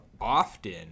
often